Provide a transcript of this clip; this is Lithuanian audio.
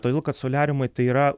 todėl kad soliariumai tai yra